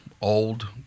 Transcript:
old